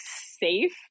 safe